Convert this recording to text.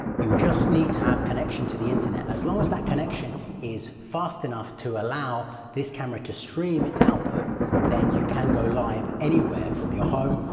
you'll just need to have connection to the internet. as long as that connection is fast enough to allow this camera to stream its output then you can go live anywhere from your home,